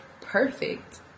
perfect